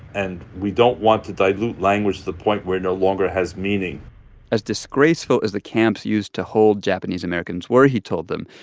and we don't want to dilute language to the point where it no longer has meaning as disgraceful as the camps used to hold japanese americans were, he told them,